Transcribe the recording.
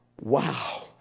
Wow